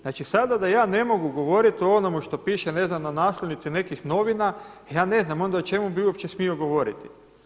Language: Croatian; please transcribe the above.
Znači sada da ja ne mogu govoriti o onome što piše ne znam na naslovnici nekih novina, ja ne znam, onda o čemu bih uopće smio govoriti.